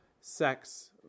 sex